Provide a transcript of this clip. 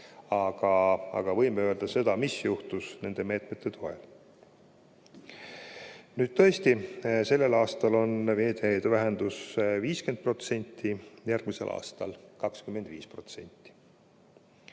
Aga võime öelda seda, mis juhtus nende meetmete toel. Tõesti, sellel aastal on veeteetasu vähendus 50%, järgmisel aastal 25%.